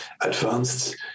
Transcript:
advanced